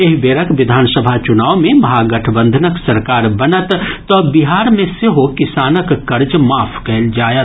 एहि बेरक विधानसभा चुनाव मे महागठबंधनक सरकार बनत तऽ बिहार मे सेहो किसानक कर्ज माफ कयल जायत